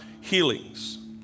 healings